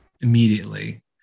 immediately